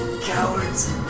Cowards